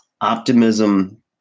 optimism